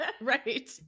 Right